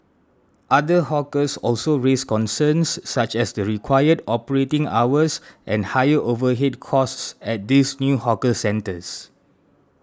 other hawkers also raised concerns such as the required operating hours and higher overhead costs at these new hawker centres